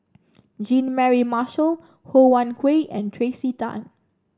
Jean Mary Marshall Ho Wan Hui and Tracey Tan